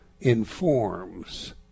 informs